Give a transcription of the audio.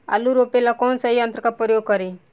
आलू रोपे ला कौन सा यंत्र का प्रयोग करी?